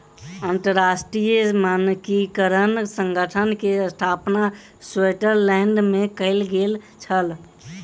अंतरराष्ट्रीय मानकीकरण संगठन के स्थापना स्विट्ज़रलैंड में कयल गेल छल